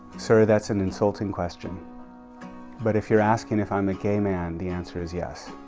sir, that's an insulting question but if you're asking if i'm a gay man, the answer is yes.